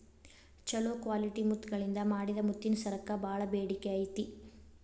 ಚೊಲೋ ಕ್ವಾಲಿಟಿ ಮುತ್ತಗಳಿಂದ ಮಾಡಿದ ಮುತ್ತಿನ ಸರಕ್ಕ ಬಾಳ ಬೇಡಿಕೆ ಐತಿ